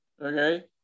okay